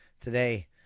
today